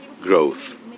growth